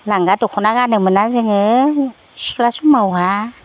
लांगा दख'ना गानोमोनना जोङो सिख्ला समावहा